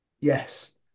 Yes